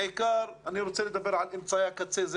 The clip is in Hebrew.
אני רוצה לדבר בעיקר על אמצעי הקצה שזה